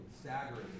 staggering